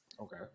okay